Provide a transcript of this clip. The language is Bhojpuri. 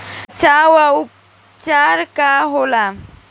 बचाव व उपचार का होखेला?